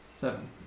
Seven